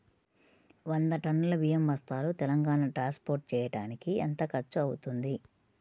వంద టన్నులు బియ్యం బస్తాలు తెలంగాణ ట్రాస్పోర్ట్ చేయటానికి కి ఎంత ఖర్చు అవుతుంది?